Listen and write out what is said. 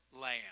lamb